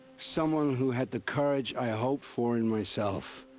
someone who had the courage i hoped for in myself.